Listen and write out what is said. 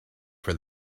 for